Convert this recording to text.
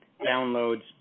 downloads